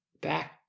back